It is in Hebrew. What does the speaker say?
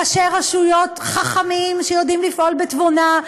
ראשי רשויות חכמים שיודעים לפעול בתבונה,